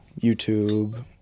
YouTube